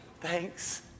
thanks